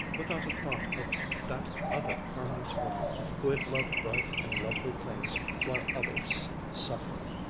without a thought of that other harmless woman who had loved bright and lovely things while others suffered